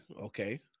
Okay